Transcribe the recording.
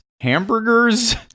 hamburgers